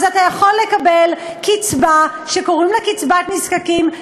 אז אתה יכול לקבל קצבה שקוראים לה קצבת נזקקים,